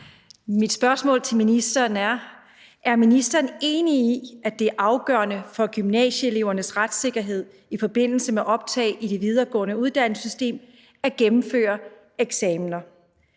Mit spørgsmål til ministeren er: Er ministeren enig i, at det er afgørende for gymnasieelevernes retssikkerhed i forbindelse med optag i det videregående uddannelsessystem at gennemføre eksamener?